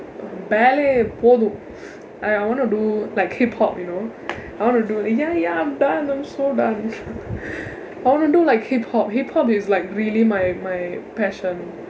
ballet போதும்:poothum I I wanna do like hip hop you know I want to do ya ya I'm done I'm so done I want to do like hip hop hip hop is like really my my passion